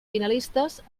finalistes